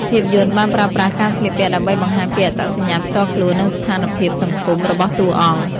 ភាពយន្តបានប្រើប្រាស់ការស្លៀកពាក់ដើម្បីបង្ហាញពី អត្តសញ្ញាណផ្ទាល់ខ្លួន និងស្ថានភាពសង្គម របស់តួអង្គ។